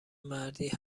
مردی